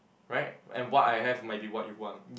right and what I have maybe what you want